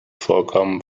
vorkommen